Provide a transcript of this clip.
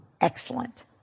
Excellent